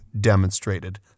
demonstrated